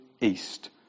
east